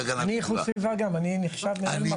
אני איכות סביבה, אני מנהל מחוז שם.